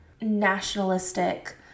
nationalistic